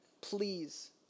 Please